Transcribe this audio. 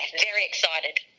very excited.